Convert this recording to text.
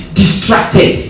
distracted